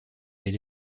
elle